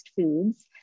foods